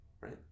Right